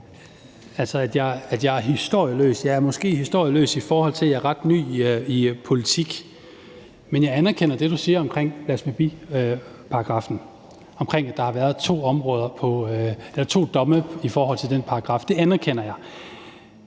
Altså, skulle jeg være historieløs? Jeg er måske historieløs, i forhold til at jeg er ret ny i politik, men jeg anerkender det, du siger om blasfemiparagraffen; at der har været to domme i forhold til den paragraf. Det anerkender jeg,